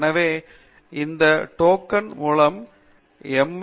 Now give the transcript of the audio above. எனவே அதே டோக்கன் மூலம் எம்